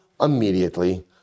immediately